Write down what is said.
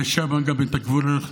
ושם גם את הגבול אנחנו ננגיש,